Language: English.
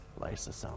lysosome